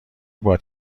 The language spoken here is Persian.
باد